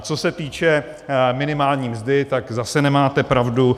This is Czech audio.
Co se týče minimální mzdy, tak zase nemáte pravdu.